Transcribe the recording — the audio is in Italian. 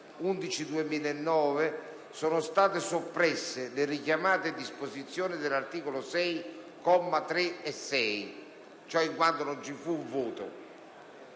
del 2009 sono state soppresse le richiamate disposizioni dell'articolo 6, commi 3-6», in quanto non ci fu un voto;